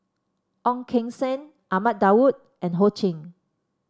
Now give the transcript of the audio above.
Ong Keng Sen Ahmad Daud and Ho Ching